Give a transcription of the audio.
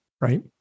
Right